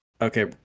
Okay